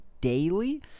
daily